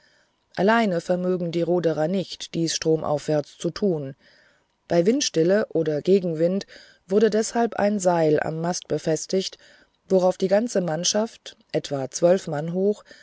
alleine vermögen die ruderer nicht dies stromaufwärts zu tun bei windstille oder gegenwind wurde deshalb ein seil am mast befestigt worauf die ganze mannschaft etwa zwölf mann hoch